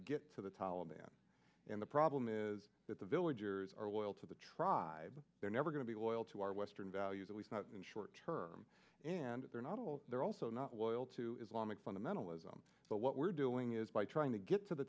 get to the taliban and the problem is that the villagers are loyal to the tribe they're never going to be loyal to our western values at least not in short term and they're not all they're also not loyal to islamic fundamentalism but what we're doing is by trying to get to the